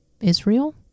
Israel